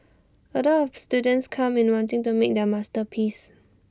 A lot of students come in wanting to make their masterpiece